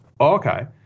okay